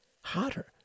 harder